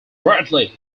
bradley